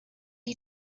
you